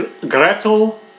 Gretel